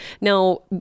Now